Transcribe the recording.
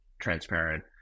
transparent